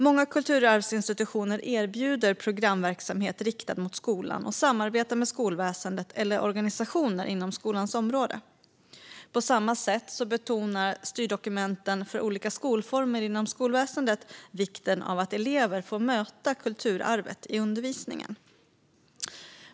Många kulturarvsinstitutioner erbjuder programverksamhet riktad mot skolan och samarbetar med skolväsendet eller organisationer inom skolans område. På samma sätt betonar styrdokumenten för olika skolformer inom skolväsendet vikten av att elever får möta kulturarvet i undervisningen.